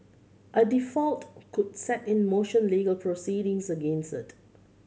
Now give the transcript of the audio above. a default could set in motion legal proceedings against it